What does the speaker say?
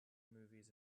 movies